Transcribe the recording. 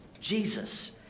Jesus